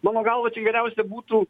mano galva čia geriausiai būtų